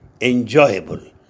enjoyable